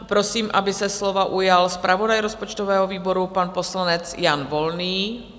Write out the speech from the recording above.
Prosím, aby se slova ujal zpravodaj rozpočtového výboru, pan poslanec Jan Volný.